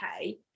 okay